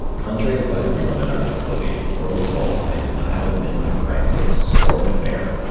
contrary to what everyone in our lights believed or was told, i did not have a midlife crisis or an affair.